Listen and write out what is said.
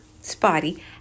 Spotty